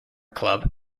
club